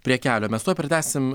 prie kelio mes tuoj pratęsim